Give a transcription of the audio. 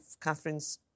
Catherine's